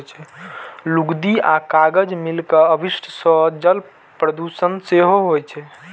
लुगदी आ कागज मिल के अवशिष्ट सं जल प्रदूषण सेहो होइ छै